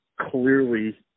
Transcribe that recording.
clearly